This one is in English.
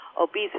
Obesity